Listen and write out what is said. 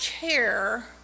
care